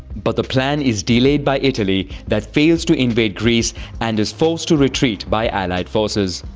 but the plan is delayed by italy, that fails to invade greece and is forced to retreat by allied forces.